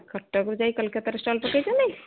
କଟକରୁ ଯାଇ କଲକତାରେ ଷ୍ଟଲ୍ ପକାଇଛନ୍ତି